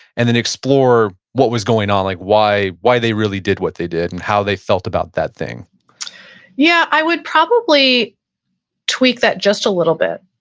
and then explore what was going on. like why why they really did what they did and how they felt about that thing yeah. i would probably tweak that just a little bit,